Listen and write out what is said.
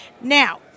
Now